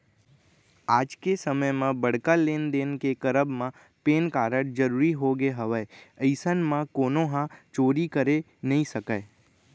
आज के समे म बड़का लेन देन के करब म पेन कारड जरुरी होगे हवय अइसन म कोनो ह चोरी करे नइ सकय